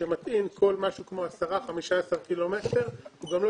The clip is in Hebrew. שמטעין כל מה כמו 15-10 קילומטרים והוא גם לא